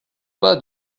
pas